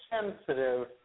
sensitive